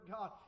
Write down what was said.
God